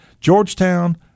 Georgetown